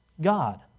God